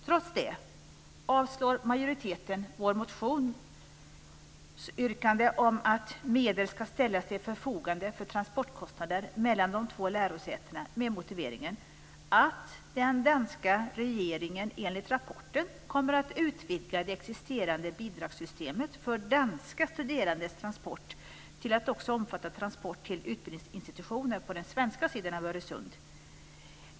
Trots det avstyrker majoriteten vårt motionsyrkande om att medel ska ställas till förfogande för transportkostnader mellan de två lärosätena med följande motivering: "Den danska regeringen kommer enligt rapporten att utvidga det existerande bidragssystemet för danska studerandes transport till att också omfatta transport till utbildningsinstitutioner på den svenska sidan av Öresund."